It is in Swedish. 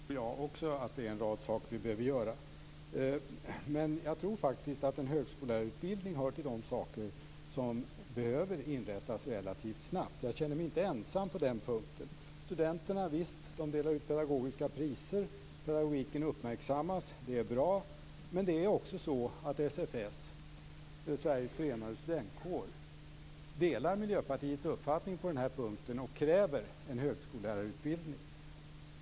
Fru talman! Jag tror också att det är en rad saker vi behöver göra. Men jag tror faktiskt att en högskolelärarutbildning hör till de saker som behöver inrättas relativt snabbt. Jag känner mig inte ensam här. Studenterna delar ut pedagogiska priser och pedagogiken uppmärksammas. Det är bra. Men det är också så att SFS, Sveriges Förenade Studentkårer, delar Miljöpartiets uppfattning på den här punkten och kräver en högskolelärarutbildning.